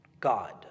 God